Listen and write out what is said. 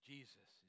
Jesus